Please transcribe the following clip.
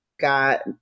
got